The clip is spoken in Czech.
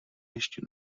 ještě